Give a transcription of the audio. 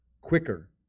quicker